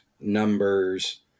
numbers